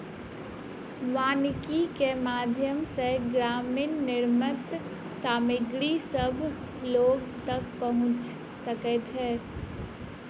वानिकी के माध्यम सॅ ग्रामीण निर्मित सामग्री सभ लोक तक पहुँच सकै छै